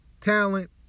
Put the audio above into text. talent